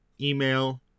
email